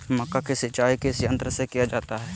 मक्का की सिंचाई किस यंत्र से किया जाता है?